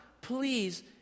please